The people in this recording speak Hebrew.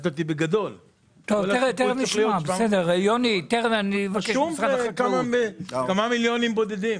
זה כמה מיליונים בודדים.